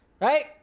right